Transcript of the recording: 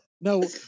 no